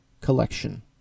collection